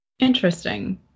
Interesting